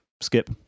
skip